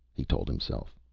he told himself.